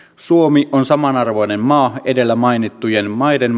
suomi on samanarvoinen maa edellä mainittujen maiden